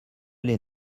les